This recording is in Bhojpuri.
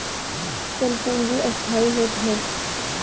चल पूंजी अस्थाई होत हअ